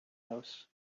house